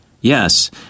Yes